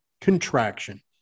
contraction